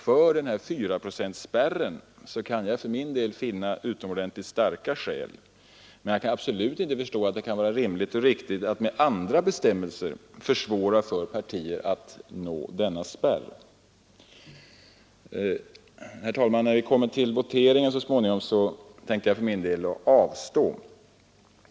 För 4-procentsspärren kan jag finna utomordentligt starka skäl, men jag kan absolut inte förstå att det kan vara rimligt och riktigt att med andra bestämmelser försvåra partiernas verksamhet. Herr talman! När vi så småningom kommer till voteringen, tänker jag för min del avstå från att rösta.